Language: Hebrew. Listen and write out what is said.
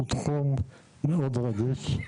הוא תחום מאוד רגיש,